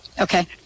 Okay